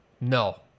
No